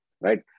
right